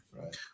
right